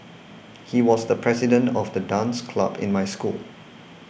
he was the president of the dance club in my school